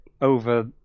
over